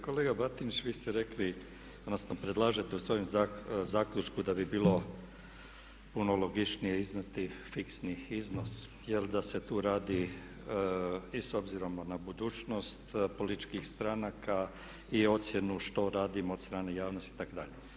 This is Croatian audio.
Kolega Batinić, vi ste rekli, odnosno predlažete u svojem zaključku da bi bilo puno logičnije iznijeti fiksni iznos jer da se tu radi i s obzirom na budućnost političkih stranaka i ocjenu što radimo od strane javnosti itd.